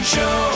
Show